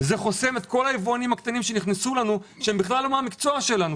זה חוסם את כל היבואנים הקטנים שנכנסו שהם בכלל לא מהמקצוע שלנו.